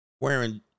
Wearing